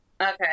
Okay